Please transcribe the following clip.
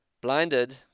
blinded